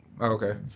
Okay